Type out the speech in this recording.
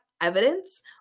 evidence